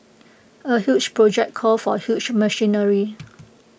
A huge project calls for huge machinery